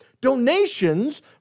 Donations